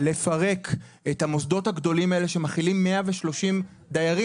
לפרק את המוסדות הגדולים האלה שמכילים 130 דיירים,